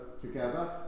together